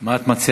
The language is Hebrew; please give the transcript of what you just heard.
מה את מציעה?